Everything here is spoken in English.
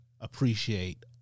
appreciate